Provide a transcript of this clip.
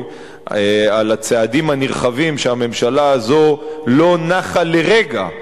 על הצעדים הנרחבים שהממשלה הזו לא נחה לרגע,